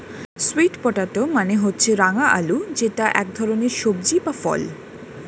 sweet potato মানে হচ্ছে রাঙা আলু যেটা এক ধরনের সবজি বা ফল